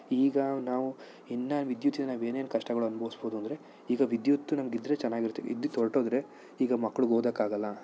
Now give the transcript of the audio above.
ಈಗ ನಾವು ಇನ್ನೂ ವಿದ್ಯುತಿನ ನಾವೇನೇನು ಕಷ್ಟಗಳು ಅನ್ಬೋಸ್ಬೋದು ಅಂದರೆ ಈಗ ವಿದ್ಯುತ್ ನಮಗಿದ್ರೆ ಚೆನ್ನಾಗಿರುತ್ತೆ ವಿದ್ಯುತ್ ಹೊರಟೋದ್ರೆ ಈಗ ಮಕ್ಳಿಗೆ ಓದೋಕ್ಕಾಗೋಲ್ಲ